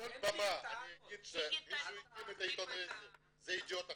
בכל במה אני אגיד שמי שהתחיל את העיתון וסטי זה ידיעות אחרונות,